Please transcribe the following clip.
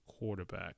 quarterback